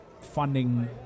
funding